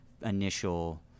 initial